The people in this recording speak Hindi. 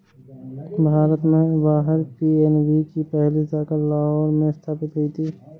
भारत के बाहर पी.एन.बी की पहली शाखा लाहौर में स्थापित हुई थी